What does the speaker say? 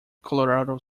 colorado